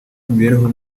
imibereho